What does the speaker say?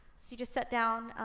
so you just sit down.